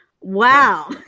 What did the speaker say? Wow